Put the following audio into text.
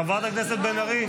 חברת הכנסת בן ארי.